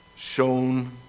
Shown